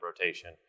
rotation